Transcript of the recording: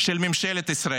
של ממשלת ישראל.